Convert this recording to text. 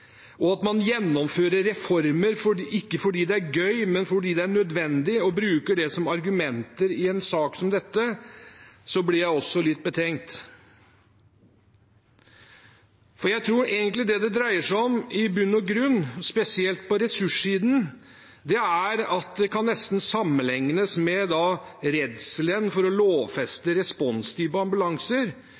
og at man gjennomfører reformer ikke fordi det er gøy, men fordi det er nødvendig, og bruker det som argumenter i en sak som dette, blir jeg også litt betenkt. Jeg tror egentlig at det det i bunn og grunn dreier seg om, spesielt på ressurssiden, er at det nesten kan sammenlignes med redselen for å lovfeste responstid for ambulanser,